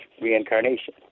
reincarnation